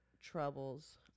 troubles